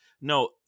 No